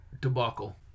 debacle